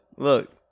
Look